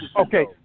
okay